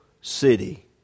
city